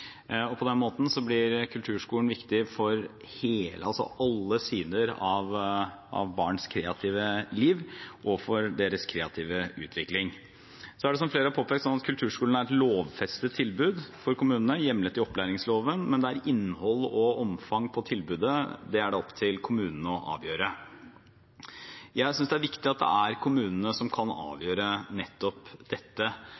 kulturaktiviteter. På den måten blir kulturskolen viktig for alle sider av barns kreative liv og for deres kreative utvikling. Så er det, som flere har påpekt, sånn at kulturskolene er et lovfestet tilbud for kommunene hjemlet i opplæringsloven, men innholdet i og omfanget av tilbudet er det opp til kommunene å avgjøre. Jeg synes det er viktig at det er kommunene som kan